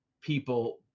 people